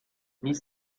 nic